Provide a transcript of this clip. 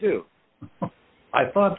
do i thought